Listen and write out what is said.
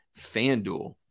FanDuel